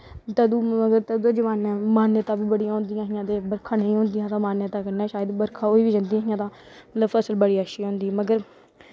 तदूं मतलब तदूं जमानै मैह्नतां बी बड़ियां होंदियां हां ते बरखां बी होंदियां हा शायद बरखा होई बी जंदियां हां तां फसल बड़ी अच्छी होंदी ही मगर